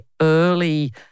early